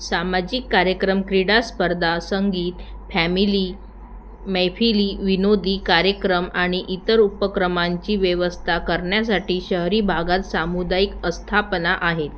सामाजिक कार्यक्रम क्रीडास्पर्धा संगीत फॅमिली मैफिली विनोदी कार्यक्रम आणि इतर उपक्रमांची व्यवस्था करण्यासाठी शहरी भागात सामुदायिक आस्थापना आहेत